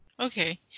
Okay